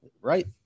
Right